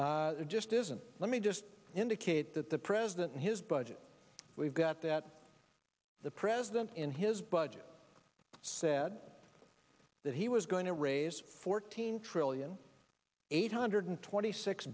r it just isn't let me just indicate that the president in his budget we've got that the president in his budget said that he was going to raise fourteen trillion eight hundred twenty six